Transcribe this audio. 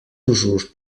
usos